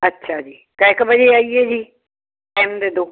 ਅੱਛਾ ਜੀ ਕੈ ਕ ਵਜੇ ਆਈਏ ਜੀ ਟਾਈਮ ਦੇ ਦੋ